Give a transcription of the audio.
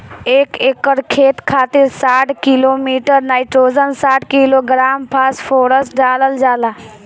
एक एकड़ खेत खातिर साठ किलोग्राम नाइट्रोजन साठ किलोग्राम फास्फोरस डालल जाला?